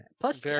Plus